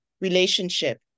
relationship